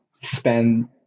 spend